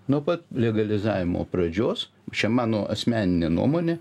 nuo pat legalizavimo pradžios čia mano asmeninė nuomonė